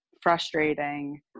frustrating